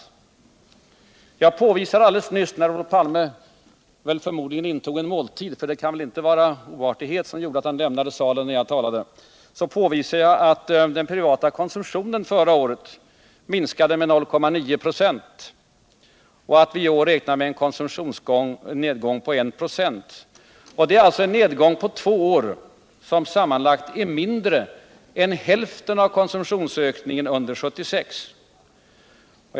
Jag påvisade alldeles nyss, när Olof Palme förmodligen intog en måltid — för det kan väl inte vara av oartighet som han lämnade salen när jag talade — att den privata konsumtionen förra året minskade med 0,9 26 och att vi i år räknar med en konsumtionsnedgång på 1 26. Det är alltså en nedgång på två år som sammanlagt är mindre än hälften av konsumtionsökningen under 1976.